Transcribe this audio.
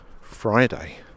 Friday